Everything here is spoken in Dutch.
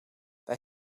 wij